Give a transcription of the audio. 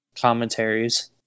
commentaries